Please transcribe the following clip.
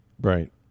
Right